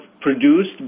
produced